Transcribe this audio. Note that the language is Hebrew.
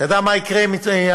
אתה יודע מה יקרה עם העניים?